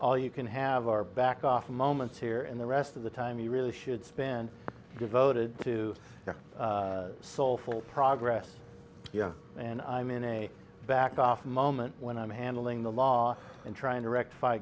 all you can have are back off moments here and the rest of the time you really should spend devoted to soulful progress and i'm in a back off moment when i'm handling the law and trying to rectify